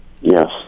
Yes